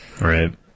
Right